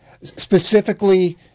specifically